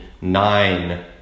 nine